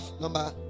number